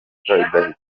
repubulika